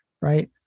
Right